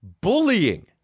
Bullying